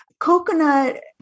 coconut